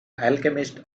alchemist